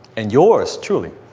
and, yours truly.